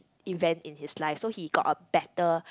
event in his life so he got a better